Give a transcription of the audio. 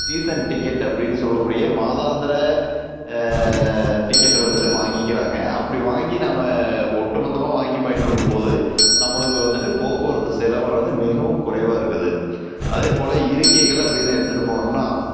season ticket அப்படின்னு சொல்லக்கூடிய மாதாந்திரம் டிக்கெட்டை வந்துட்டு வாங்கிக்கிறாங்க அப்படி வாங்கி நாம் ஒட்டுமொத்தமாக வாங்கி பயன்படுத்தும் போது நம்மளுக்கு வந்துட்டு போக்குவரத்து செலவானது மிகவும் குறைவாக இருக்குது அதேபோல் இருக்கைகள் அப்படின்னு எடுத்துகிட்டு போனோம்னா